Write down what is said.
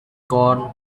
corn